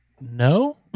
no